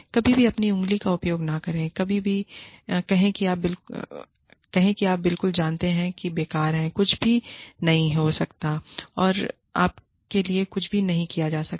कभी भी अपनी उंगली का उपयोग न करें और कहें कि आप बिल्कुल जानते हैं कि बेकार है कुछ भी नहीं हो सकता है आपके लिए कुछ भी नहीं किया जा सकता है